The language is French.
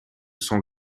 sans